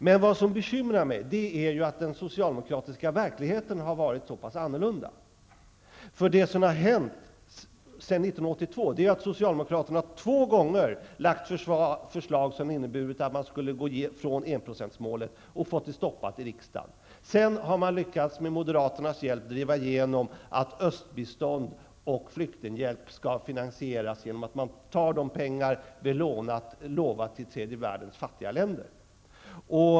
Men vad som bekymrar mig är att den socialdemokratiska verkligheten har varit så annorlunda. Det som har hänt sedan 1982 är att socialdemokraterna två gånger lagt fram förslag som inneburit att vi skulle gå ifrån enprocentsmålet och fått dessa förslag stoppade i riksdagen. Sedan har man med moderaternas hjälp lyckats driva igenom att östbistånd och flyktinghjälp skall finansieras genom att man tar de pengar som vi lovat till tredje världens fattiga länder.